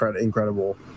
incredible